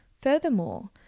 Furthermore